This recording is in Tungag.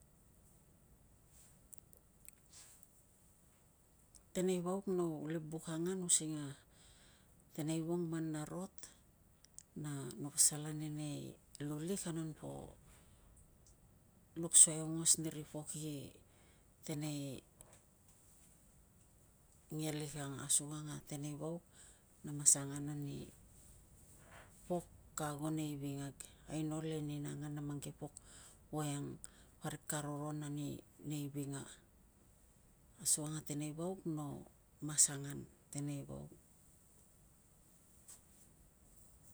Teneivauk no uli buk angan using a tenei vong man na rot na no pasal ane nei lu lik non po luksuai aongos niri pok i teneingelik ang. Asukang a teneivauk na mas angan ani pok ka ago nei vingag. Aino le ni na angan a mang ke pok voiang parik ka roron ani nei vinga asuang a tenei vauk no mas angan tenei vauk.